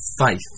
faith